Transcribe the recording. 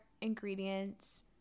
ingredients